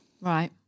right